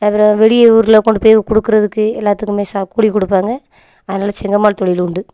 அதில் வெளியே ஊரில் கொண்டு போய் கொடுக்குறதுக்கு எல்லாத்துக்குமே சா கூலி கொடுப்பாங்க அதனால் செங்கல் மணல் தொழில் உண்டு